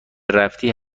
رفتی